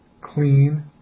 clean